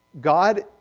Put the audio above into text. God